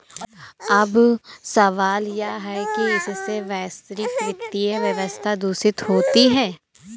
अब सवाल यह है कि क्या इससे वैश्विक वित्तीय व्यवस्था दूषित होती है